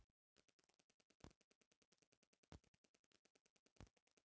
सूरज भगवान के जाके अरग दियाता